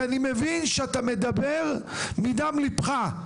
כי אני מבין שאתה מדבר מדם ליבך.